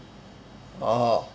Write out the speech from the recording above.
orh